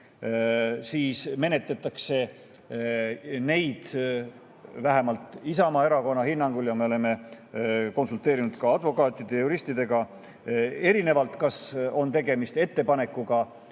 menetletakse neid – vähemalt Isamaa Erakonna hinnangul ja me oleme konsulteerinud ka advokaatide ja juristidega – erinevalt, kas on tegemist ettepanekuga